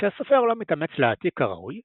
כשהסופר לא מתאמץ להעתיק כראוי,